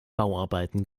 bauarbeiten